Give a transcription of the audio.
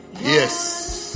yes